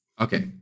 Okay